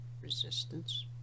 resistance